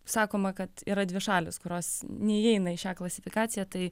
sakoma kad yra dvi šalys kurios neįeina į šią klasifikaciją tai